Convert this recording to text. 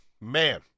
Man